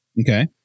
Okay